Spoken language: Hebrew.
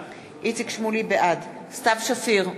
בעד סתיו שפיר,